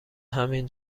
همین